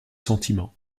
sentiments